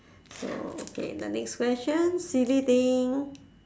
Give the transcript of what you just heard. so okay the next question silly thing